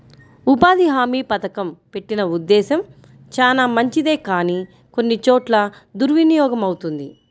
ఉపాధి హామీ పథకం పెట్టిన ఉద్దేశం చానా మంచిదే కానీ కొన్ని చోట్ల దుర్వినియోగమవుతుంది